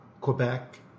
Quebec